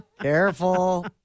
Careful